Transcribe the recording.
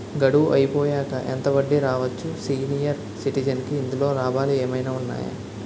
గడువు అయిపోయాక ఎంత వడ్డీ రావచ్చు? సీనియర్ సిటిజెన్ కి ఇందులో లాభాలు ఏమైనా ఉన్నాయా?